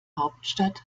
hauptstadt